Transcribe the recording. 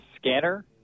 Scanner